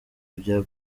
bya